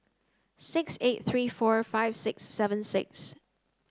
six eight three four five six seven six